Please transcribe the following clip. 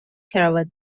کراوات